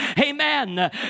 Amen